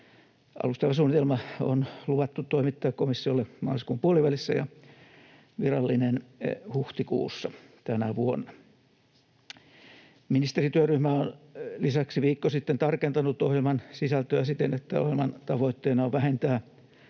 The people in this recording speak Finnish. Alustava suunnitelma on luvattu toimittaa komissiolle maaliskuun puolivälissä ja virallinen huhtikuussa tänä vuonna. Ministerityöryhmä on lisäksi viikko sitten tarkentanut ohjelman sisältöä siten, että ohjelman tavoitteena on vähentää